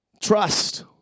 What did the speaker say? trust